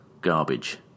garbage